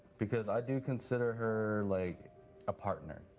because i do consider her like a partner.